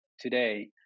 today